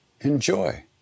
Enjoy